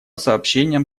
сообщениям